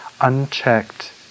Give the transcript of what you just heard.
unchecked